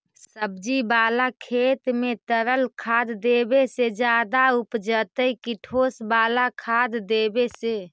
सब्जी बाला खेत में तरल खाद देवे से ज्यादा उपजतै कि ठोस वाला खाद देवे से?